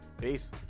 Peace